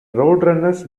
roadrunners